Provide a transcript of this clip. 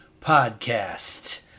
podcast